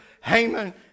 Haman